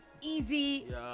Easy